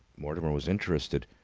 mortimer was interested.